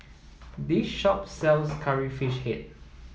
this shop sells curry fish head